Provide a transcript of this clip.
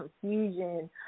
confusion